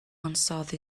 unsought